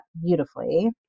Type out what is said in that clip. beautifully